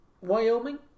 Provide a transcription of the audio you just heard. Wyoming